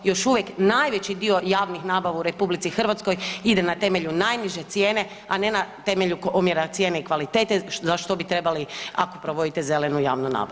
Još uvijek najveći dio javnih nabava u RH ide na temelju najniže cijene, a ne na temelju omjera cijene i kvalitete za što bi trebali ako provodite zelenu javnu nabavu.